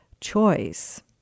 choice